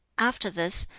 after this,